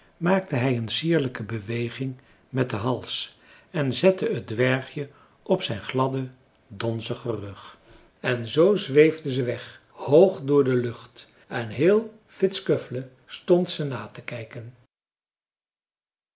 maakte hij een sierlijke beweging met den hals en zette het dwergje op zijn gladden donzigen rug en zoo zweefden ze weg hoog door de lucht en heel vittskövle stond ze na te kijken